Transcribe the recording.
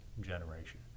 generation